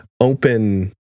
open